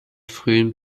frühen